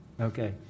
Okay